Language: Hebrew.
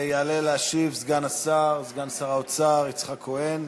יעלה להשיב סגן שר האוצר יצחק כהן,